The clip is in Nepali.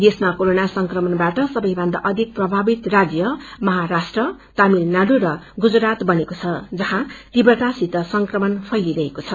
देशमा कोरोना संक्रमणबाट सबैभन्दा अधिक प्रभावित राज्य महाराष्ट्र र गुजरात बनेको छ जहाँ तीव्रतासित संक्रमण फैलिरहेछ